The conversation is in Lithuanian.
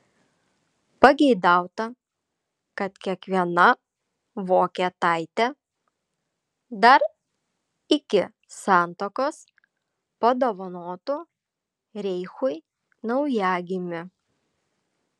pageidauta kad kiekviena vokietaitė dar iki santuokos padovanotų reichui naujagimį